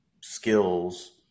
skills